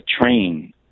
train